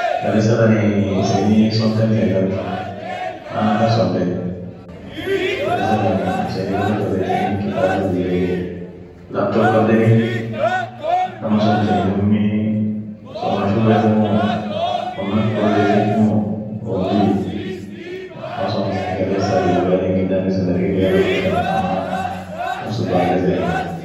Iclandin ada ishian biria ada ishia toko mambo ta barana tab ak boliat iyo mambo skating hela fan jirt iyo mambo elimuane lila fan jirt ijole mal ishin gan afur getet itdabde shulum detiee dininen dini ishia catholisimif iyo prontentasim achi sun sagale ishian biriinen viazif foni holiday ishianen holiday sun maka ishian nirjalkardas yeden